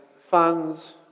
funds